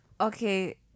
Okay